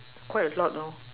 quite a lot lor